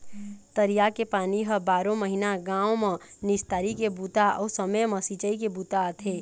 तरिया के पानी ह बारो महिना गाँव म निस्तारी के बूता अउ समे म सिंचई के बूता आथे